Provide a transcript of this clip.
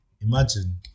imagine